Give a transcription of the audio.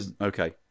Okay